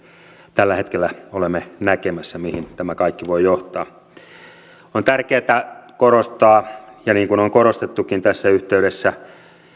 tällä hetkellä olemme näkemässä mihin tämä kaikki voi johtaa on tärkeätä korostaa niin kuin on korostettukin tässä yhteydessä